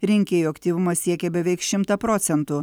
rinkėjų aktyvumas siekė beveik šimtą procentų